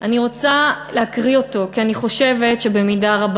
אני רוצה להקריא אותו כי אני חושבת שבמידה רבה